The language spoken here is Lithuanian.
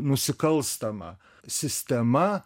nusikalstama sistema